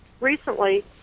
recently